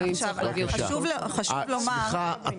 הם לא יספיקו, הם צריכים להעביר הדרכות.